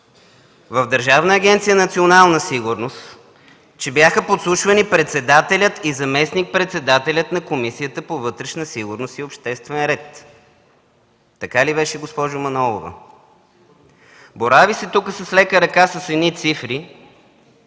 в Държавна агенция „Национална сигурност” бяха подслушвани председателят и заместник-председателят на Комисията по вътрешна сигурност и обществен ред. Така ли беше, госпожо Манолова? Борави се тук с лека ръка с едни цифри,